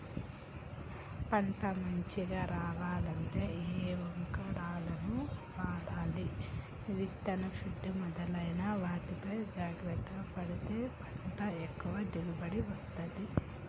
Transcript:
పంట మంచిగ రావాలంటే ఏ వంగడాలను వాడాలి విత్తన శుద్ధి మొదలైన వాటిపై జాగ్రత్త పడితే పంట ఎక్కువ దిగుబడి వస్తది